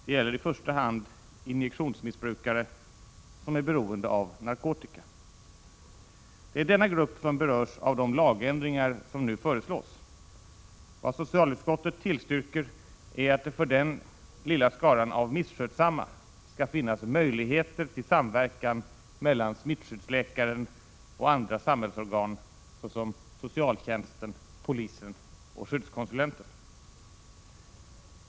Det gäller i första hand injektionsmissbrukare som är beroende av narkotika. Det är denna grupp som berörs av de lagändringar som nu föreslås. Vad socialutskottet tillstyrker är att det för den lilla skaran av misskötsamma skall finnas möjligheter till samverkan mellan smittskyddsläkaren och andra samhällsorgan såsom socialtjänsten, polisen och skyddskonsulenten.